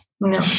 No